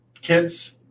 kids